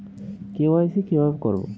KYC কিভাবে করব?